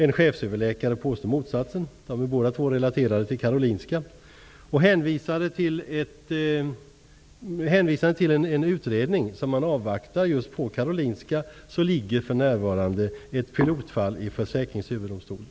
En cheföverläkare påstår motsatsen. De är båda två relaterade till Karolinska. Man hänvisar där till att man avvaktar en utredning. Ett pilotfall behandlas för närvarande i Försäkringsöverdomstolen.